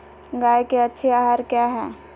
गाय के अच्छी आहार किया है?